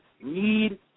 need